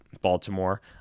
Baltimore